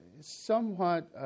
somewhat